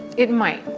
it might.